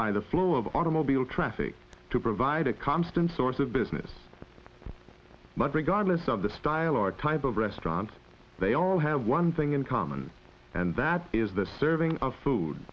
by the flow of automobile traffic to provide a constant source of business but regardless of the style or type of restaurants they all have one thing in common and that is the serving of food